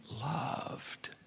loved